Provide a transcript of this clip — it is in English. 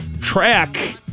Track